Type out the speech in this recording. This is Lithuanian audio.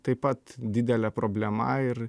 taip pat didelė problema ir